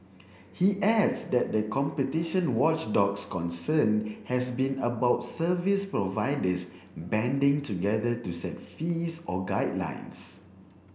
he adds that the competition watchdog's concern has been about service providers banding together to set fees or guidelines